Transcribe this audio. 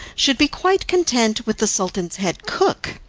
should be quite content with the sultan's head cook.